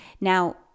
Now